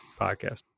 podcast